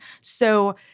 So-